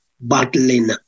battling